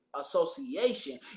Association